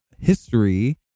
history